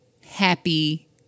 happy